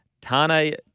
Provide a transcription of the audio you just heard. Tane